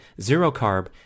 zero-carb